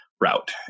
route